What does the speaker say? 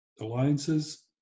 alliances